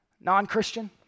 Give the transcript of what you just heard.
Non-Christian